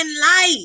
life